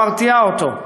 ומרתיעה אותו,